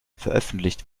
veröffentlicht